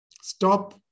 Stop